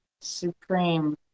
supreme